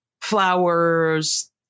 flowers